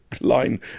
line